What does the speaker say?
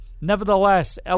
Nevertheless